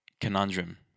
conundrum